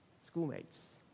schoolmates